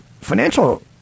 financial